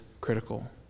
critical